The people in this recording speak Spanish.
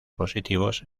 positivos